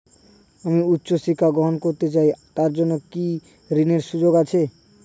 আমি উচ্চ শিক্ষা গ্রহণ করতে চাই তার জন্য কি ঋনের সুযোগ আছে?